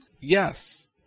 Yes